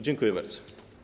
Dziękuję bardzo.